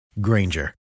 Granger